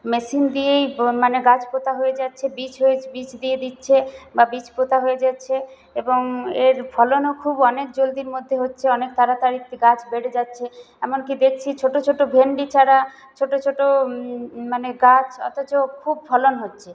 machine দিয়েই মানে গাছ পোঁতা হয়ে যাচ্ছে বীজ হয়ে বীজ দিয়ে দিচ্ছে বা বীজ পোঁতা হয়ে যাচ্ছে এবং এর ফলনও খুব অনেক জলদির মধ্যে হচ্ছে অনেক তাড়াতাড়ি গাছ বেড়ে যাচ্ছে এমনকি দেখছি ছোটো ছোটো ভেন্ডি চারা ছোটো ছোটো মানে গাছ অথচ খুব ফলন হচ্ছে